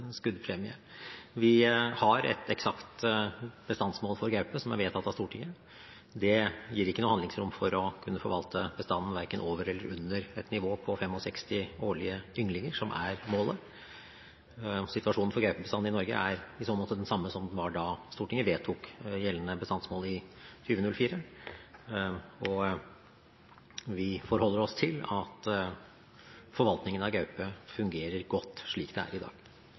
skuddpremie. Vi har et eksakt bestandsmål for gaupe som er vedtatt av Stortinget. Det gir ikke noe handlingsrom for å kunne forvalte bestanden verken over eller under et nivå på 65 årlige ynglinger, som er målet. Situasjonen for gaupebestanden i Norge er i så måte den samme som den var da Stortinget vedtok gjeldende bestandsmål i 2004, og vi forholder oss til at forvaltningen av gaupe fungerer godt slik den er i dag.